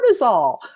cortisol